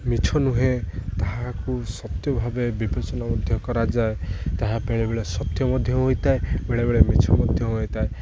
ମିଛ ନୁହେଁ ତାହାକୁ ସତ୍ୟ ଭାବେ ବିବେଚନା ମଧ୍ୟ କରାଯାଏ ତାହା ବେଳେବେଳେ ସତ୍ୟ ମଧ୍ୟ ହୋଇଥାଏ ବେଳେବେଳେ ମିଛ ମଧ୍ୟ ହୋଇଥାଏ